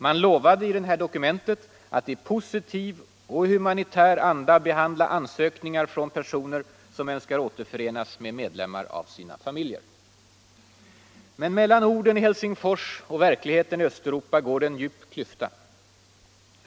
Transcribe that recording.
Man lovade i det här dokumentet att ”i positiv och humanitär anda behandla ansökningar från personer som önskar återförenas med medlemmar av sina familjer”. Men mellan orden i Helsingfors och verkligheten i Östeuropa går en djup klyfta.